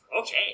Okay